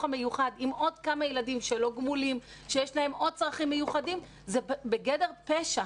המיוחד עם עוד כמה ילדים לא גמולים ויש להם עוד צרכים מיוחדים זה בגדר פשע.